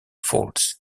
falls